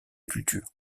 culture